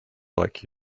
like